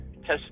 test